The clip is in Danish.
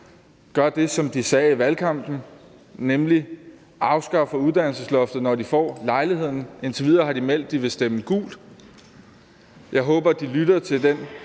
gør det, som de sagde i valgkampen at de ville, nemlig afskaffer uddannelsesloftet, når de får lejligheden. Indtil videre har de meddelt, at de vil stemme gult. Jeg håber, at de lytter til den